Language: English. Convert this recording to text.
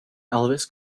elvis